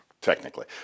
technically